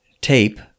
tape